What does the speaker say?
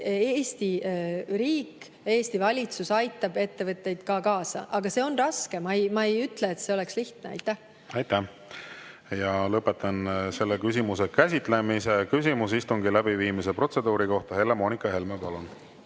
Eesti riik, Eesti valitsus aitab ettevõtteid. Aga see on raske, ma ei ütle, et see oleks lihtne. Lõpetan selle küsimuse käsitlemise. Küsimus istungi läbiviimise protseduuri kohta. Helle-Moonika Helme, palun!